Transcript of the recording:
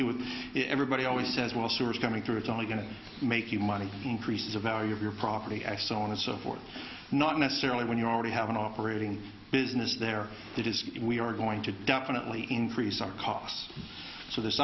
with everybody always says well sourced coming through it's only going to make you money increases the value of your property x so on and so forth not necessarily when you already have an operating business there it is we are going to definitely increase our cocks so this